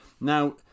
Now